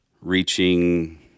reaching